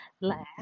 last